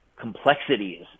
complexities